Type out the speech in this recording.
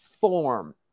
form